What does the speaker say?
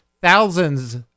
thousands